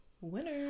winner